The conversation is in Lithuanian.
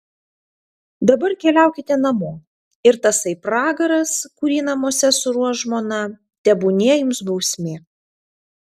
dabar keliaukite namo ir tasai pragaras kurį namuose suruoš žmona tebūnie jums bausmė